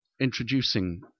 introducing